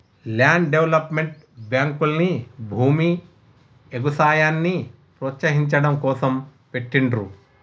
land development బ్యేంకుల్ని భూమి, ఎగుసాయాన్ని ప్రోత్సహించడం కోసం పెట్టిండ్రు